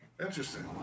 Interesting